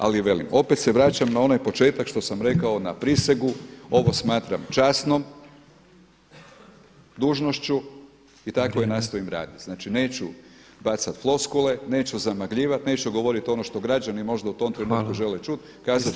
Ali velim, opet se vraćam na onaj početak što sam rekao na prisegu, ovo smatram časnom dužnošću i tako i nastojim raditi [[Upadica Petrov: Vrijeme.]] Znači neću bacat floskule, neću zamagljivat, neću govoriti ono što građani možda u tom trenutku žele čut kazat ću ono što mislim.